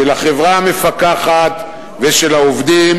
של החברה המפקחת ושל העובדים,